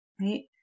Right